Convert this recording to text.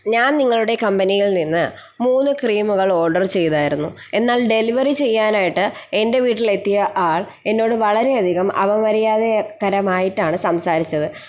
ഞാൻ നിങ്ങളുടെ കമ്പനിയിൽ നിന്ന് മൂന്ന് ക്രീമ്കൾ ഓഡറ് ചെയ്തായിരുന്നു എന്നാൽ ഡെലിവറി ചെയ്യാനായിട്ട് എന്റെ വീട്ടിലെത്തിയ ആൾ എന്നോട് വളരെയധികം അപമര്യാദയായി കരമായിട്ടാണ് സംസാരിച്ചത്